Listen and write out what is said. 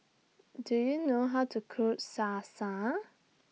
Do YOU know How to Cook Salsa